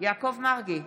יעקב מרגי,